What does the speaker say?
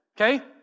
Okay